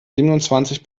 siebenundzwanzig